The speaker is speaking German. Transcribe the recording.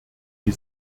die